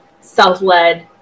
self-led